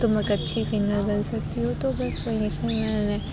تم ایک اچھی سنگر بن سکتی ہو تو پھر اُس میں میں نے